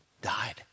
died